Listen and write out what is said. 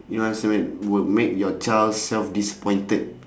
you answer will would make your child self disappointed